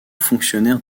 fonctionnaire